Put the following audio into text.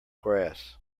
grass